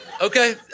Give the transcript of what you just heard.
Okay